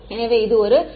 எனவே இது ஒரு சவால்